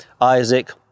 isaac